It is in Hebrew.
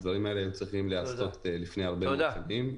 הדברים האלה היו צריכים להיעשות לפני הרבה מאוד שנים,